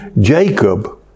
Jacob